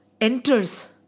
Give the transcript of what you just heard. enters